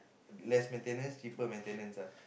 less maintenance cheaper maintenance ah